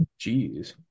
Jeez